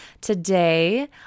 Today